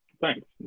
Thanks